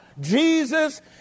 Jesus